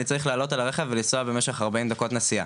אני צריך לעלות על הרכב ולנסוע במשך 40 דקות נסיעה.